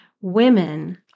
women